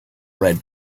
red